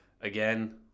again